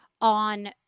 on